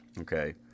Okay